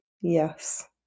Yes